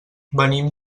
venim